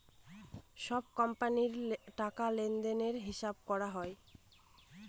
সব কোম্পানির টাকা লেনদেনের হিসাব করা হয়